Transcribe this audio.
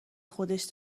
خودش